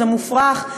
זה מופרך,